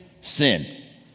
sin